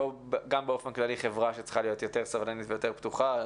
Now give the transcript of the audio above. וגם באופן כללי חברה שצריכה להיות סובלנית ויותר פתוחה.